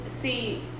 see